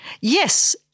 Yes